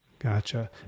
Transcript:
Gotcha